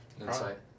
Insight